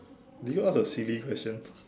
did you ask a silly question